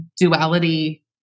duality